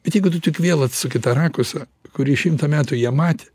bet jeigu tu tik vėl atsuki tą rakusą kurį šimtą metų jie matė